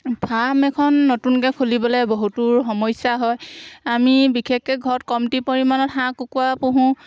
farm এখন নতুনকৈ খুলিবলৈ বহুতো সমস্যা হয় আমি বিশেষকৈ ঘৰত কমতি পৰিমাণত হাঁহ কুকুৰা পুহোঁ